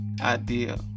idea